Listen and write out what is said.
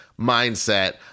mindset